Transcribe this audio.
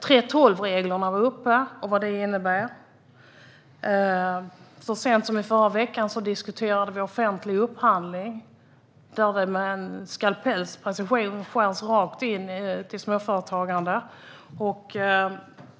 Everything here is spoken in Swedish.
3:12-reglerna har tagits upp och vad de innebär. Så sent som i förra veckan diskuterade vi offentlig upphandling, där det med en skalpells precision skärs rakt in i småföretagandet.